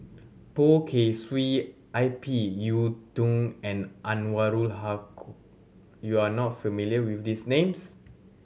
Poh Kay Swee I P Yiu Tung and Anwarul you are not familiar with these names